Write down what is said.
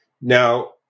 Now